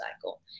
cycle